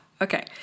Okay